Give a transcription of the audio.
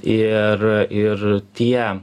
ir ir tie